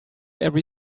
every